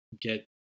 get